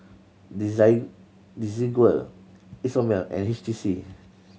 Desigual Isomil and H T C